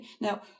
now